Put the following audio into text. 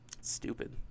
stupid